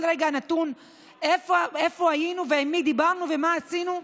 רגע נתון איפה היינו ועם מי דיברנו ומה עשינו.